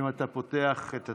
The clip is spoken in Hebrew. אם אתה פותח את התקנון.